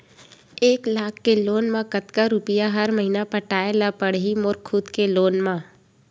एक लाख के लोन मा कतका रुपिया हर महीना पटाय ला पढ़ही मोर खुद ले लोन मा?